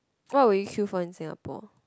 what would you queue for in Singapore